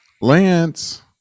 Lance